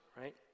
right